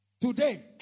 Today